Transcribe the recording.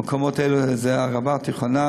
המקומות האלו הם: ערבה-תיכונה,